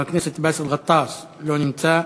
חבר הכנסת באסל גטאס, לא נמצא.